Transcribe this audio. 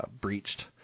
breached